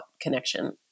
connection